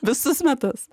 visus metus